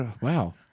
Wow